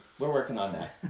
we're working on that.